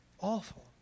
Awful